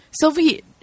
Sylvie